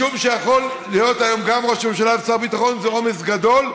משום שלהיות היום גם ראש ממשלה ושר ביטחון זה עומס גדול,